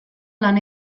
lan